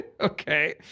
Okay